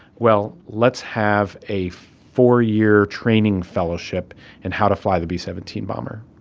well, let's have a four-year training fellowship in how to fly the b seventeen bomber.